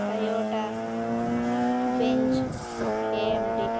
Toyota Benz amd